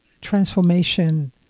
transformation